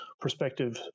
perspective